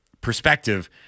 perspective